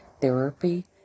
therapy